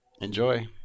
enjoy